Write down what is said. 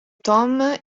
tom